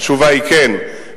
התשובה היא כן.